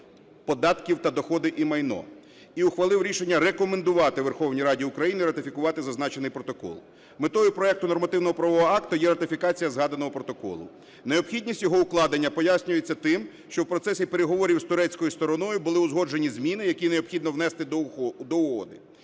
податків на доходи і майно. І ухвалив рішення рекомендувати Верховній Раді України ратифікувати зазначений протокол. Метою проекту нормативно-правового акту є ратифікація згаданого протоколу. Необхідність його укладення пояснюється тим, що в процесі переговорів з турецькою стороною були узгоджені зміни, які необхідно внести до угоди.